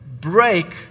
break